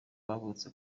bavutse